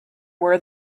were